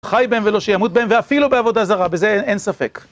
חי בהם ולא שימות בהם ואפילו בעבודה זרה, בזה אין ספק